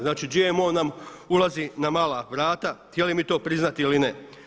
Znači GMO nam ulazi na mala vrata htjeli mi to priznati ili ne.